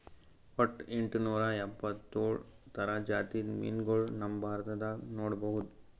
ವಟ್ಟ್ ಎಂಟನೂರಾ ಎಪ್ಪತ್ತೋಳ್ ಥರ ಜಾತಿದ್ ಮೀನ್ಗೊಳ್ ನಮ್ ಭಾರತದಾಗ್ ನೋಡ್ಬಹುದ್